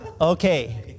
Okay